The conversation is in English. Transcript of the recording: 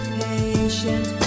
patient